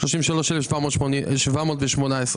מפחיתים ל-6,033,718.